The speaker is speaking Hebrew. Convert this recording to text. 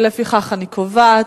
ולפיכך אני קובעת